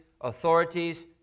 authorities